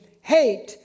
hate